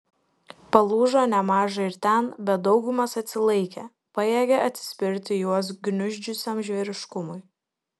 palūžo nemaža ir ten bet daugumas atsilaikė pajėgė atsispirti juos gniuždžiusiam žvėriškumui